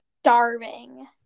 starving